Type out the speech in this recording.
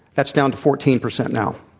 that's down to fourteen percent now.